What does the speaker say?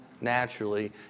naturally